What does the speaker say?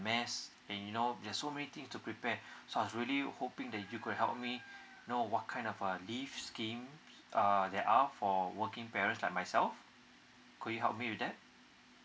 mess and you know there's so many things to prepare so I was really hoping that you could help me know what kind of uh leave scheme uh they are for working parents like myself could you help me with that